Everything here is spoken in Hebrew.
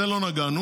בזה לא נגענו.